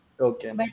Okay